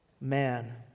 man